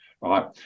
right